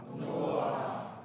Noah